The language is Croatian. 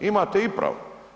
Imate i pravo.